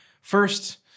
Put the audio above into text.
First